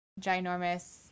ginormous